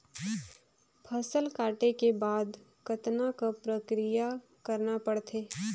फसल काटे के बाद कतना क प्रक्रिया करना पड़थे?